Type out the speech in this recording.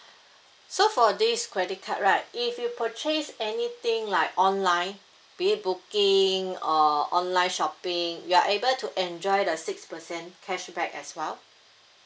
so for this credit card right if you purchase anything like online be it booking or online shopping you are able to enjoy the six percent cashback as well